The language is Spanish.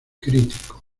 crítico